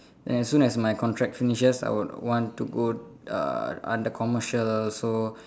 then as soon as my contract finishes I would want to go uh under commercial so